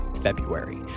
February